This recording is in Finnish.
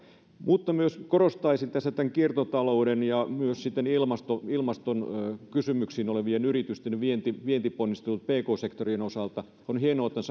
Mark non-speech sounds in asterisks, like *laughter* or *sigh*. myös korostaisin tässä kiertotalouden ja myös sitten ilmastokysymyksiin olevien yritysten vientiponnisteluja pk sektorin osalta on hienoa että on *unintelligible*